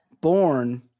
born